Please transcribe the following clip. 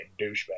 douchebag